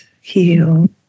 heal